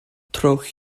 trowch